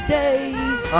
days